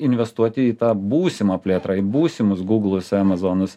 investuoti į tą būsimą plėtrą į būsimus gūglus emazonus